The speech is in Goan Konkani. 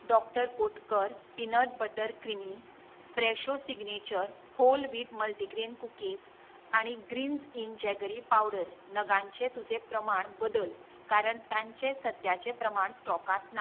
doctor Oetker peanut butter creamy Fresho signature whole wheat multigrain cookies आनी ग्रीन्झ इन जॅगरी पावडर नगांचें तुजें प्रमाण बदल कारण तांचे सद्याचें प्रमाण स्टॉकांत ना